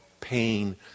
pain